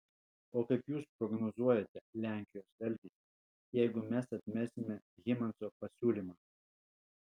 o kaip jūs prognozuojate lenkijos elgesį jeigu mes atmesime hymanso pasiūlymą